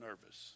nervous